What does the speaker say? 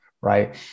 right